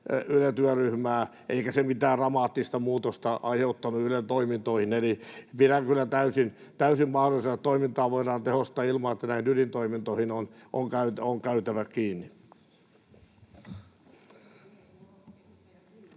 Yle-työryhmää, eikä se mitään dramaattista muutosta aiheuttanut Ylen toimintoihin. Eli pidän kyllä täysin mahdollisena, että toimintaa voidaan tehostaa ilman, että näihin ydintoimintoihin on käytävä kiinni.